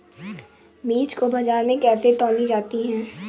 बीज को बाजार में कैसे तौली जाती है?